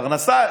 פרנסה.